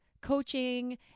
coaching